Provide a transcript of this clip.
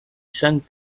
san